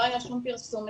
לא היה שום פרסום מסודר.